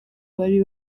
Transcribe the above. bari